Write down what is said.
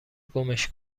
گمش